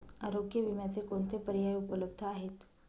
आरोग्य विम्याचे कोणते पर्याय उपलब्ध आहेत?